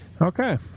okay